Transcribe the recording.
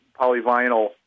polyvinyl